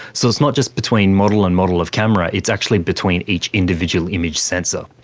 so it's not just between model and model of camera, it's actually between each individual image sensor.